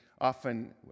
often